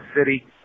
City